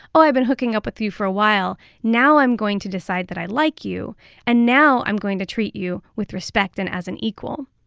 i've been hooking up with you for a while, now i'm going to decide that i like you and now i'm going to treat you with respect and as an equal.